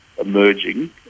emerging